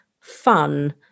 fun